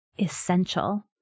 essential